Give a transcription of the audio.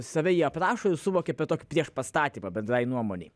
save ji aprašo ir suvokia per tokį priešpastatymą bendrai nuomonei